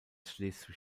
schleswig